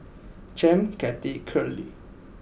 Champ Cathy Curley